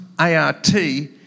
A-R-T